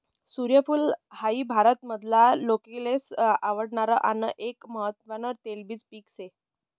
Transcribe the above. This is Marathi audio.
सूर्यफूल हाई भारत मधला लोकेसले आवडणार आन एक महत्वान तेलबिज पिक से